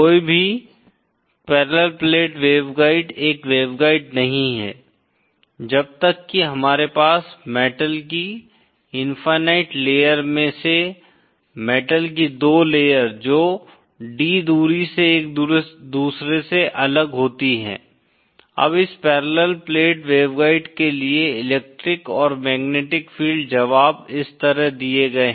कोई भी parallel plate waveguide एक वेवगाइड नहीं है जब तक की हमारे पास मेटल की इनफायनाईट लेयर में से मेटल की दो लेयर जो d दूरी से एक दूसरे से अलग होती है अब इस पैरेलल प्लेट वेवगाइड के लिए इलेक्ट्रिक और मैग्नेटिक फील्ड जवाब इस तरह दिए गए हैं